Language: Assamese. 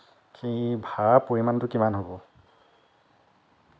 কি ভাড়াৰ পৰিমাণটো কি হ'ব